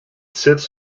sits